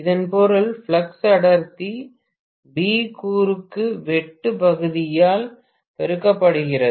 இதன் பொருள் ஃப்ளக்ஸ் அடர்த்தி பி குறுக்கு வெட்டு பகுதியால் பெருக்கப்படுகிறது